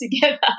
together